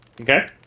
Okay